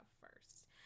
first